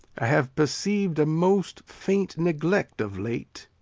i have perceived a most faint neglect of late,